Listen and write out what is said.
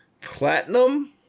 platinum